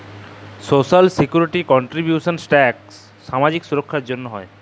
social security contributions tax সামাজিক সুরক্ষার জ্যনহে হ্যয়